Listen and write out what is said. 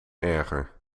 erger